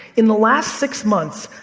in the last six months,